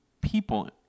people